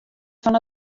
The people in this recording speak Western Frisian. fan